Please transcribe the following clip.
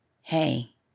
hey